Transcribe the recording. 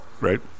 Right